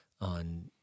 on